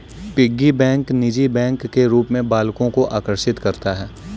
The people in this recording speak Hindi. पिग्गी बैंक निजी बैंक के रूप में बालकों को आकर्षित करता है